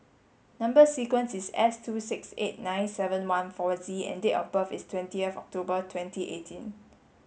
number sequence is S two six eight nine seven one four Z and date of birth is twentieth October twenty eighteen